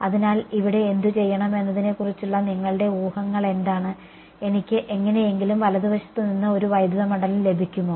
അതിനാൽ ഇവിടെ എന്തുചെയ്യണം എന്നതിനെക്കുറിച്ചുള്ള നിങ്ങളുടെ ഊഹങ്ങൾ എന്താണ് എനിക്ക് എങ്ങനെയെങ്കിലും വലതുവശത്ത് നിന്ന് ഒരു വൈദ്യുത മണ്ഡലം ലഭിക്കുമോ